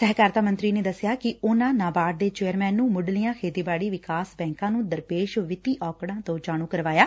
ਸਹਿਕਾਰਤਾ ਮੰਤਰੀ ਨੇ ਦੱਸਿਆ ਕਿ ਉਨੂਾ ਨਾਬਾਰਡ ਦੇ ਚੇਅਰਮੈਨ ਨੂੰ ਮੁੱਢਲੀਆਂ ਖੇਤੀਬਾਤੀ ਵਿਕਾਸ ਬੈੱਕਾਂ ਨੂੰ ਦਰਪੇਸ਼ ਵਿੱਤੀ ਔਕਤਾਂ ਤੋਂ ਜਾਣੰ ਕਰਵਾਇਆ